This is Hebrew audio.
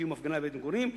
לקיום הפגנה ליד בית- מגורים,